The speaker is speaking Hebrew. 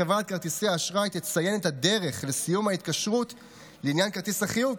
חברת כרטיסי האשראי תציין את הדרך לסיום ההתקשרות לעניין כרטיס החיוב,